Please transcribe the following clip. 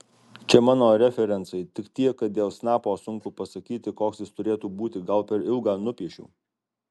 čia mano referencai tik tiek kad dėl snapo sunku pasakyti koks jis turėtų būti gal per ilgą nupiešiau